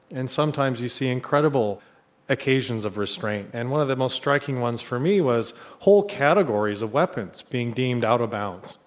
and sometimes you see incredible occasions of restraint. and one of the most striking ones for me was whole categories of weapons being deemed out of bounds.